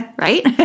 right